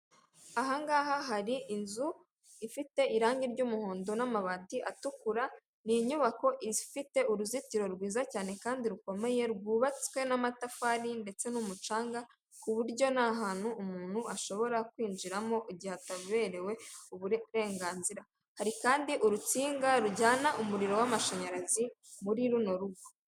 Ahangaha hari inzu ifite irangi ry'umuhondo n'amabati atukura, ni inyubako ifite uruzitiro rwiza cyane kandi rukomeye rwubatswe n'amatafari ndetse n'umucanga ku buryo nta hantu umuntu ashobora kwinjiramo igihe ha atabiberewe uburenganzira, hari kandi urutsinga rujyana umuriro w'amashanyarazi muri runo rugo.